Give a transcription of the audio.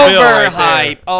Overhype